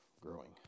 growing